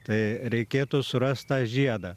tai reikėtų surast tą žiedą